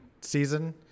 season